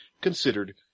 considered